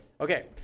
Okay